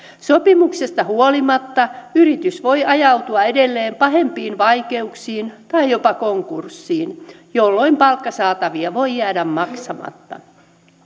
sopimuksesta huolimatta yritys voi ajautua edelleen pahempiin vaikeuksiin tai jopa konkurssiin jolloin palkkasaatavia voi jäädä maksamatta